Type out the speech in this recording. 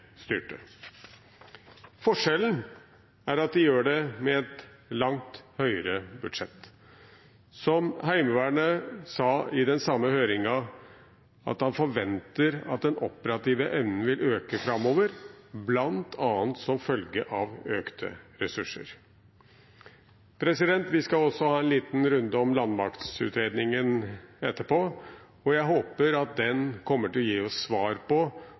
styrte. Forskjellen er at de gjør det med et langt høyere budsjett. Som Sjef Heimevernet sa i den samme høringen, forventer han at den operative evnen vil øke framover, bl.a. som følge av økte ressurser. Vi skal også ha en liten runde om landmaktutredningen etterpå, og jeg håper at den kommer til å gi oss svar på